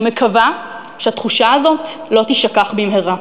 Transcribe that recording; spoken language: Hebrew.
אני מקווה שהתחושה הזאת לא תישכח במהרה.